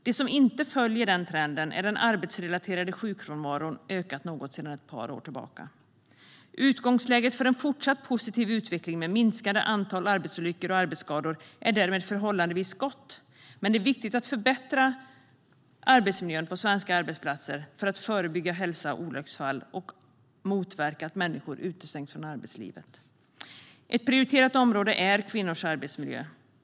Det som inte följer den trenden är att den arbetsrelaterade sjukfrånvaron har ökat något under ett par år. Utgångsläget för en fortsatt positiv utveckling med ett minskat antal arbetsolyckor och arbetsskador är därmed förhållandevis gott. Men det är viktigt att förbättra arbetsmiljön på svenska arbetsplatser för att förebygga ohälsa och olycksfall och motverka att människor utestängs från arbetslivet. Ett prioriterat område är kvinnors arbetsmiljö.